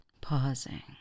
pausing